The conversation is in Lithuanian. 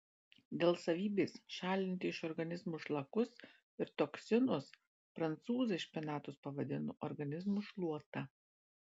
dėl savybės šalinti iš organizmo šlakus ir toksinus prancūzai špinatus pavadino organizmo šluota